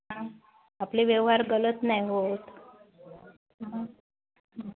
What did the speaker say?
हां आपले व्यवहार गलत नाही होत